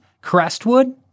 Crestwood